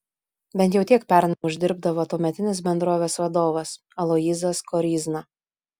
bent jau tiek pernai uždirbdavo tuometinis bendrovės vadovas aloyzas koryzna